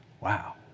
Wow